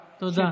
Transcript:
תודה.